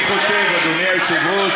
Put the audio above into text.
שלא לדבר על השאלות,